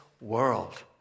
world